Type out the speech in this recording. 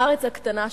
הארץ הקטנה שלנו,